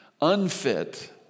unfit